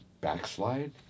backslide